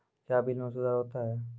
क्या बिल मे सुधार होता हैं?